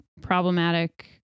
problematic